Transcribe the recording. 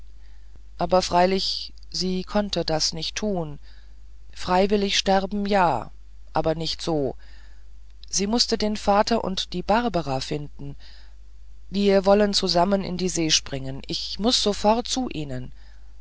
aber freilich sie konnte das nicht tun freiwillig sterben ja aber nicht so sie mußte den vater und die barbara finden wir wollen zusammen in die see springen ich muß sofort zu ihnen